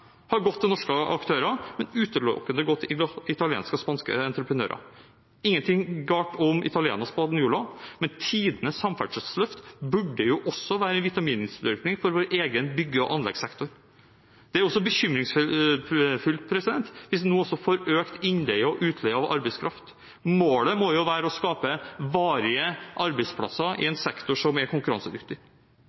har gått til norske aktører, de har utelukkende gått til italienske og spanske entreprenører – ingenting galt om italienere og spanjoler, men tidenes samferdselsløft burde også være en vitamininnsprøyting for vår egen bygg- og anleggssektor. Det er bekymringsfullt hvis man nå får økt innleie og utleie av arbeidskraft. Målet må være å skape varige arbeidsplasser i en sektor som er konkurransedyktig.